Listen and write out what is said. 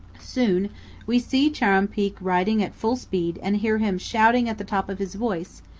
soon we see chuar'ruumpeak riding at full speed and hear him shouting at the top of his voice,